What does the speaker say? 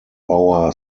our